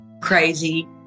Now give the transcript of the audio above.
crazy